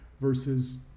versus